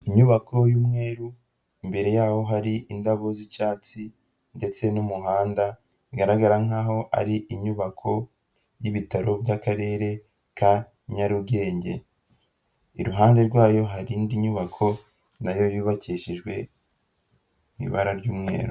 Inyubako y'umweru imbere yaho hari indabo z'icyatsi ndetse n'umuhanda bigaragara nkaho ari inyubako y'ibitaro by'akarere ka Nyarugenge, iruhande rwayo hari indi nyubako na yo yubakishijwe ibara ry'umweru.